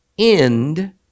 end